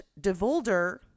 DeVolder